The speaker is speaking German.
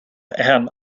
herrn